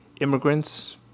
immigrants